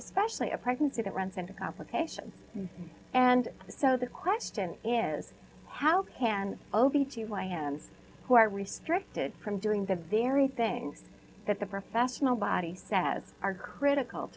especially a pregnancy that runs into complications and so the question is how can all be two why and who are restricted from doing the very things that the professional body says are critical